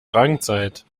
drangzeit